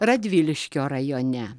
radviliškio rajone